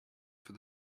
for